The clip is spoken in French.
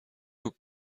aux